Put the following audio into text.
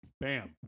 Bam